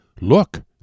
Look